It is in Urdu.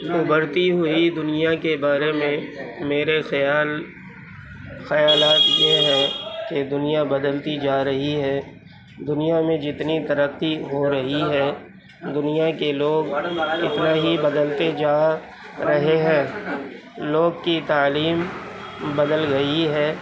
ابھرتی ہوئی دنیا کے بارے میں میرے خیال خیالات یہ ہیں کہ دنیا بدلتی جا رہی ہے دنیا میں جتنی ترقی ہو رہی ہے دنیا کے لوگ اتنا ہی بدلتے جا رہے ہیں لوگ کی تعلیم بدل گئی ہے